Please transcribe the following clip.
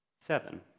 seven